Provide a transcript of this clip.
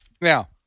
now